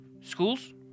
schools